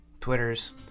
Twitters